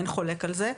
אין חולק על זה,